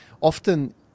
often